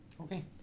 okay